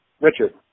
Richard